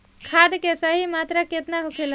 खाद्य के सही मात्रा केतना होखेला?